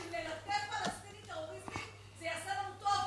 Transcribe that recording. שאם נלטף פלסטינים טרוריסטים זה יעשה לנו טוב.